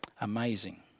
Amazing